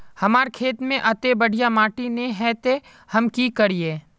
हमर खेत में अत्ते बढ़िया माटी ने है ते हम की करिए?